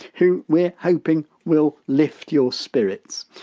who we're hoping will lift your spirits.